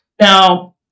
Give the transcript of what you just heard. Now